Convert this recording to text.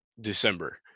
december